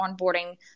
onboarding